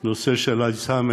הוא הנושא של אלצהיימר